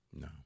No